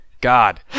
God